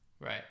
Right